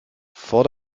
vor